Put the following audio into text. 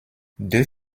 deux